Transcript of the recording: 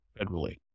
federally